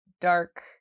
dark